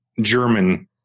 German